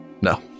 No